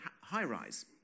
high-rise